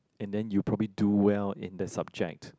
and then you probably do well in the subject